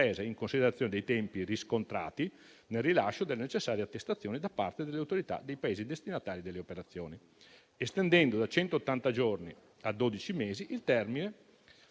in considerazione dei tempi riscontrati nel rilascio delle necessarie attestazioni da parte delle autorità dei Paesi destinatari delle operazioni, estendendo da centottanta giorni a dodici mesi il termine